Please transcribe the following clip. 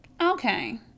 okay